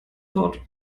fort